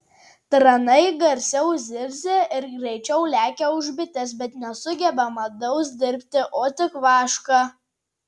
tranai garsiau zirzia ir greičiau lekia už bites bet nesugeba medaus dirbti o tik vašką